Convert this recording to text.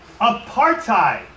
Apartheid